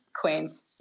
Queens